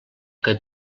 que